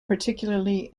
particularly